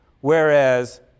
Whereas